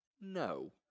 No